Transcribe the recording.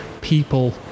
people